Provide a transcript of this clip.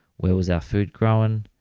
where was our food grown,